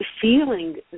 feeling